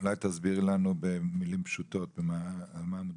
אולי תסבירי לנו במילים פשוטות על מה מדובר?